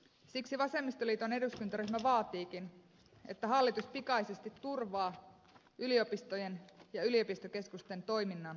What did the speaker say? siksi vasemmistoliiton eduskuntaryhmä vaatiikin että hallitus pikaisesti turvaa yliopistojen ja yliopistokeskusten toiminnan ja perusrahoituksen